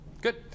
Good